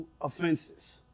offenses